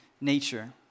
nature